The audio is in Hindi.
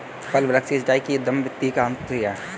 फल वृक्ष की सिंचाई की उत्तम विधि कौन सी है?